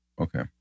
Okay